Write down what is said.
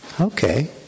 Okay